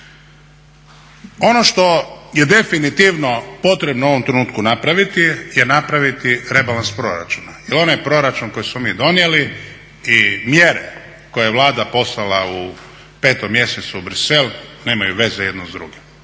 Ono što je definitivno potrebno u ovom trenutku napraviti je napraviti rebalans proračuna, jer onaj proračun koji smo mi donijeli i mjere koje je Vlada poslala u petom mjesecu u Bruxelles nemaju veze jedno s drugim.